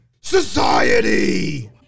society